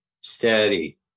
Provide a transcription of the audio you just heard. steady